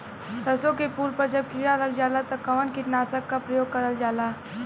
सरसो के फूल पर जब किड़ा लग जाला त कवन कीटनाशक क प्रयोग करल जाला?